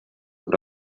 und